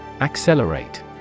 Accelerate